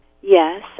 Yes